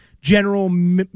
general